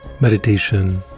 meditation